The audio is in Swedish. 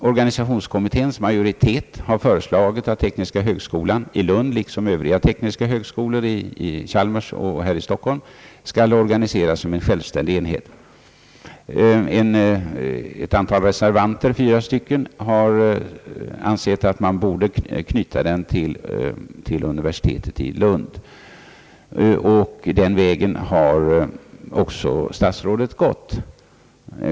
Organisationskommitténs majoritet har föreslagit att tekniska högskolan i Lund — liksom Öövriga tekniska högskolor — skall organiseras som en självständig enhet. Fyra reservanter har ansett att man borde knyta den till Lunds universitet. Statsrådet har också slagit in på denna väg.